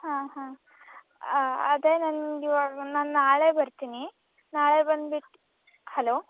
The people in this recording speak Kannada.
ಹಾಂ ಹಾಂ ಅದೇ ನನಗೆ ಈವಾಗ ನಾನು ನಾಳೆ ಬರ್ತೀನಿ ನಾಳೆ ಬಂದುಬಿಟ್ಟು ಹಲೋ